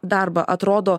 darbą atrodo